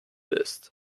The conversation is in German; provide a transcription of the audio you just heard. ist